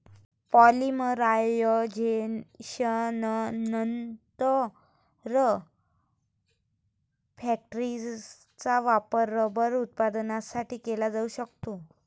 पॉलिमरायझेशननंतर, फॅक्टिसचा वापर रबर उत्पादनासाठी केला जाऊ शकतो